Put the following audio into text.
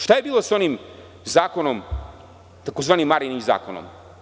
Šta je bilo sa onim zakonom, tzv. Marijinim zakonom?